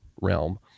realm